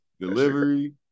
delivery